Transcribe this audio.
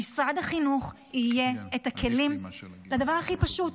למשרד החינוך יהיו את הכלים לדבר הכי פשוט,